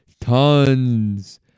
tons